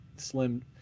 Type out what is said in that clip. Slim